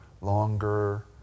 longer